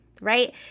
right